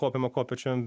kopiama kopėčiom